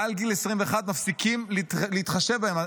מעל גיל 21 מפסיקים להתחשב בהם.